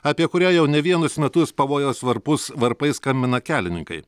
apie kurią jau ne vienus metus pavojaus varpus varpais skambina kelininkai